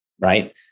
Right